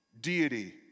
deity